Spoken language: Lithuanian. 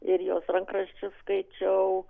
ir jos rankraščius skaičiau